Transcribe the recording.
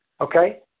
okay